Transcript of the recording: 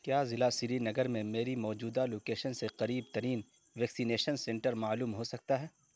کیا ضلع سری نگر میں میری موجودہ لوکیشن سے قریب ترین ویکسینیشن سنٹر معلوم ہو سکتا ہے